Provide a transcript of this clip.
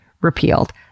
repealed